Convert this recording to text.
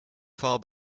far